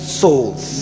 souls